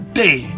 day